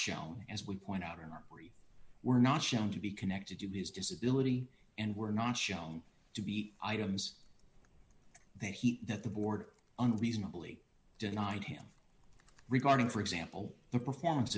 shown as we point out or were not shown to be connected to his disability and were not shown to be items that he that the board unreasonably denied him regarding for example the performance